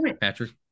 Patrick